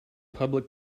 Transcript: public